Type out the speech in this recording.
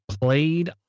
played